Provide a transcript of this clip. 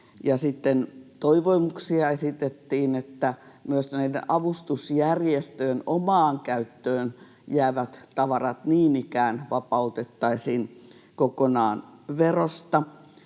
Toivomuksia esitettiin, että myös näiden avustusjärjestöjen omaan käyttöön jäävät tavarat niin ikään vapautettaisiin kokonaan verosta.